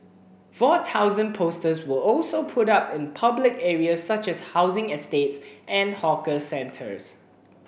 four thousand posters were also put up in public areas such as housing estates and hawker centres